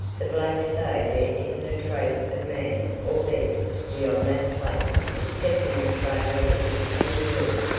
the blacks say there isn't a trace of man, or beast, beyond that place excepting the trail of a big kangaroo.